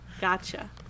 gotcha